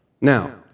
Now